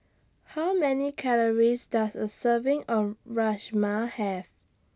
How Many Calories Does A Serving of Rajma Have